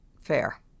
fair